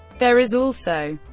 there is also,